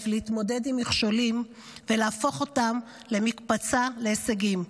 להתמודד עם מכשולים ולהפוך אותם למקפצה להישגים.